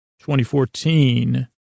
2014